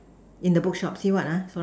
in the bookshop see what ah sorry